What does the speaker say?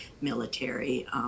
military